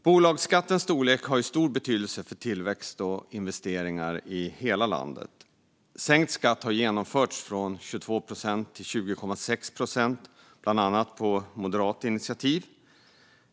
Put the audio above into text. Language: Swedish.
Bolagsskattens storlek har stor betydelse för tillväxt och investeringar i hela landet. En skattesänkning från 22 procent till 20,6 procent har genomförts, bland annat på moderat initiativ.